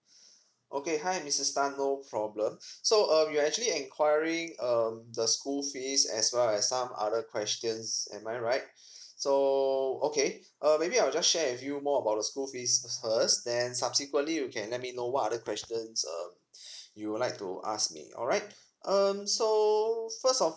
okay hi mister tan no problem so uh you are actually enquiring um the school fees as well as some other questions am I right so okay uh maybe I will just share with you more about the school fees first then subsequently you can let me know what other questions um you would like to ask me alright um so first of